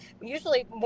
usually